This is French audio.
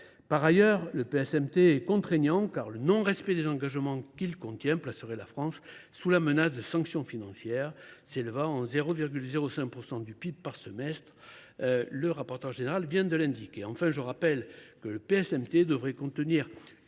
Par ailleurs, le PSMT est contraignant, car le non respect des engagements qu’il comporte placerait la France sous la menace de sanctions financières, lesquelles s’élèvent à 0,05 % du PIB par semestre – le rapporteur général vient de l’indiquer. Enfin, je rappelle que le PSMT devrait contenir